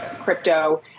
crypto